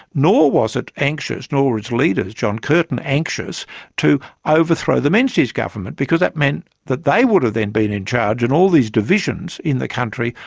nor was it anxious, nor its leader, john curtin, anxious to overthrow the menzies government that meant that they would have then been in charge, and all these divisions in the country,